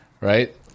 Right